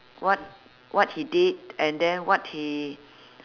what what he did and then what he